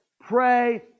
pray